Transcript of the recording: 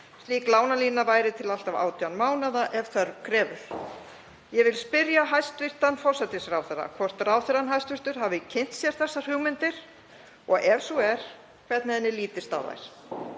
Slík lánalína væri til allt að 18 mánaða ef þörf krefur. Ég vil spyrja hæstv. forsætisráðherra hvort hún hafi kynnt sér þessar hugmyndir og ef svo er hvernig henni lítist á þær.